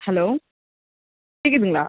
hello கேட்குதுங்களா